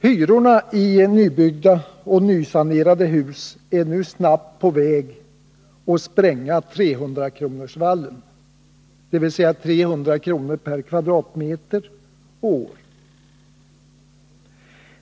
Hyrorna i nybyggda och nysanerade hus är nu snabbt på väg att spränga 300-kronorsvallen, dvs. 300 kr. per kvadratmeter och år.